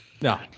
No